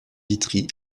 vitry